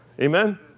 amen